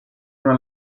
una